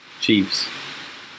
Chiefs